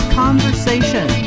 conversation